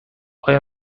آیا